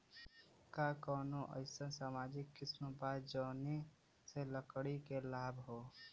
का कौनौ अईसन सामाजिक स्किम बा जौने से लड़की के लाभ हो?